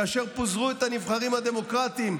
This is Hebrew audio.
כאשר פיזרו את הנבחרים הדמוקרטים,